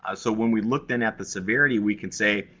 ah so, when we look in at the severity, we can say,